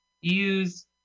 Use